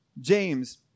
James